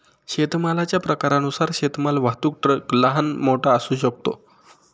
शेतमालाच्या प्रकारानुसार शेतमाल वाहतूक ट्रक लहान, मोठा असू शकतो